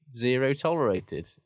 zero-tolerated